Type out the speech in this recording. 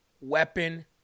weapon